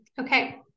Okay